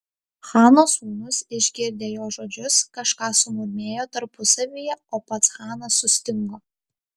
chano sūnūs išgirdę jo žodžius kažką sumurmėjo tarpusavyje o pats chanas sustingo